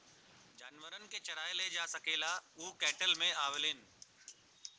जानवरन के चराए ले जा सकेला उ कैटल मे आवेलीन